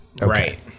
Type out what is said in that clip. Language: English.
Right